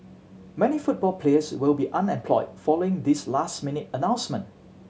many football players will be unemployed following this last minute announcement